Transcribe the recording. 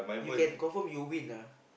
you can confirm you win ah